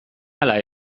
ala